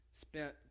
Spent